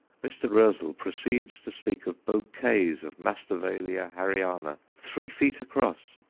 mr. roezl proceeds to speak of bouquets of masdevallia harryana three feet across,